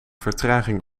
vertraging